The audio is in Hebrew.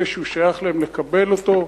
מגיע לאלה שהוא שייך להם לקבל אותו,